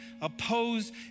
oppose